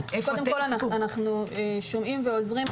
אנחנו עוזרים.